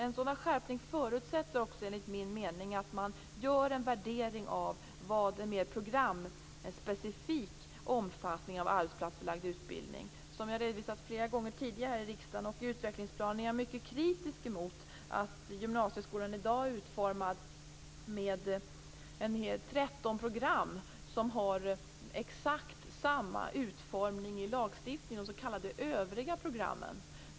En sådan skärpning förutsätter också enligt min mening att man gör en värdering av vad en mer programspecifik omfattning av arbetsplatsförlagd utbildning innebär. Som jag redovisat flera gånger tidigare här i riksdagen och i utvecklingsplanen är jag mycket kritisk emot att gymnasieskolan i dag är utformad med 13 program som har exakt samma utformning i lagstiftningen, dvs. de s.k. övriga programmen.